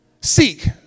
Seek